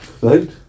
Right